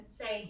say